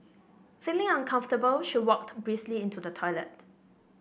feeling uncomfortable she walked briskly into the toilet